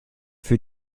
für